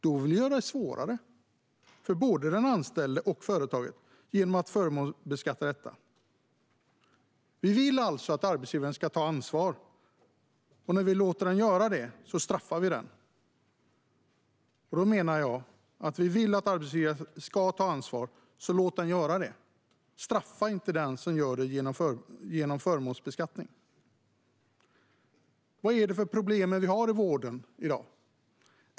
Man vill göra det svårare för både den anställde och företaget genom att förmånsbeskatta detta. Vi vill att arbetsgivare ska ta ansvar, men när de gör det straffas de. Jag menar att om vi vill att arbetsgivare ska ta ansvar måste vi låta dem göra det. Straffa inte dem som gör det genom att förmånsbeskatta dem! Vilka problem är det vi har i vården i dag?